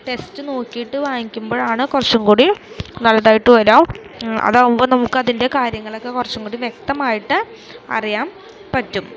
test നോക്കിയിട്ട് വാങ്ങിക്കുമ്പോഴാണ് കുറച്ചുംകൂടി നല്ലതായിട്ട് വരിക അതാകുമ്പോള് നമുക്കതിൻ്റെ കാര്യങ്ങളൊക്കെ കുറച്ചുംകൂടി വ്യക്തമായിട്ട് അറിയാന് പറ്റും